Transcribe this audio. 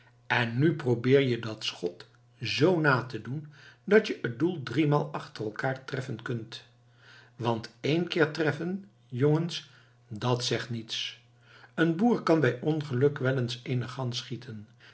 en nu probeer je dat schot z na te doen dat je het doel driemaal achter elkander treffen kunt want één keer treffen jongens dat zegt niets een boer kan bij ongeluk wel eens eene gans schieten